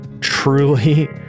truly